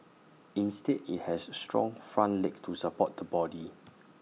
instead IT has strong front legs to support the body